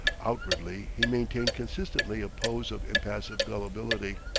outwardly he maintained consistently a pose of impassive gullibility.